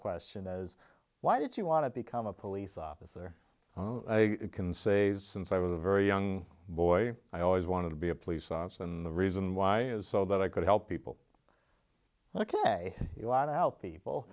question why did you want to become a police officer can say since i was a very young boy i always wanted to be a police officer and the reason why is so that i could help people ok a lot of help people